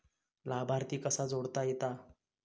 लाभार्थी कसा जोडता येता?